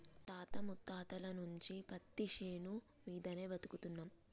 మా తాత ముత్తాతల నుంచి పత్తిశేను మీదనే బతుకుతున్నం